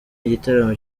igitaramo